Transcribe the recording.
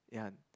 ya